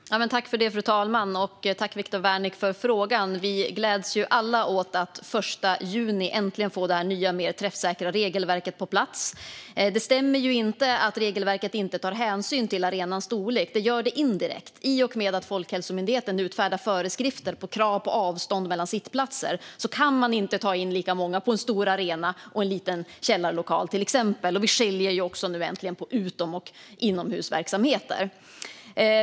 Fru talman! Tack för frågan, Viktor Wärnick! Vi gläds alla åt att den 1 juni äntligen få det nya, mer träffsäkra regelverket på plats. Det stämmer inte att regelverket inte tar hänsyn till arenans storlek, för det gör det indirekt. I och med att Folkhälsomyndigheten utfärdar föreskrifter för och krav på avstånd mellan sittplatser kan man inte ta in lika många i en liten källarlokal, till exempel, som på en stor arena. Vi skiljer nu också äntligen på utom och inomhusverksamheter.